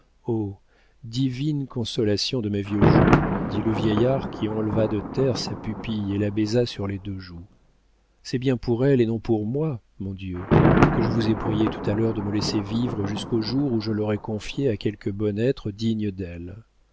divine consolation de mes vieux jours dit le vieillard qui enleva de terre sa pupille et la baisa sur les deux joues c'est bien pour elle et non pour moi mon dieu que je vous ai prié tout à l'heure de me laisser vivre jusqu'au jour où je l'aurai confiée à quelque bon être digne d'elle